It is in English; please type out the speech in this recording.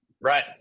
Right